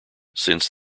since